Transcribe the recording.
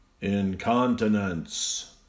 incontinence